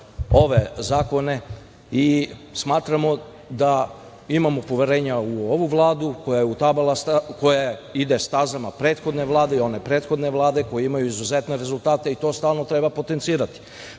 ove zakone. Smatramo da imamo poverenja u ovu Vladu koja ide stazama prethodne Vlade i one prethodne Vlade koje imaju izuzetne rezultate i to stalno treba potencirati. Pre